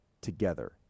together